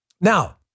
Now